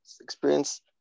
experience